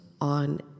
on